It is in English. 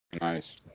Nice